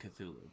Cthulhu